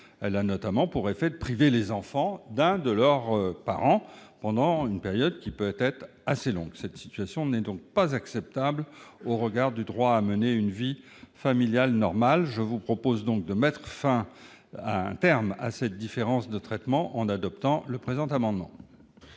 Elle a notamment pour effet de priver les enfants d'un de leurs parents pendant une période qui peut être assez longue. Cette situation n'est pas acceptable au regard du droit à mener une vie familiale normale. Je vous propose, mes chers collègues, de mettre un terme à cette différence de traitement en adoptant le présent amendement.